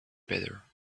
better